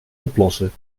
oplossen